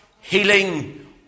healing